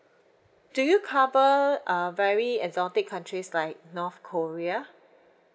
do you cover um very exotic countries like north korea